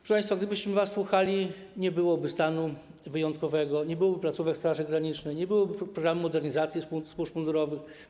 Proszę państwa, gdybyśmy was słuchali, nie byłoby stanu wyjątkowego, nie byłoby placówek Straży Granicznej, nie byłoby programu modernizacji służb mundurowych.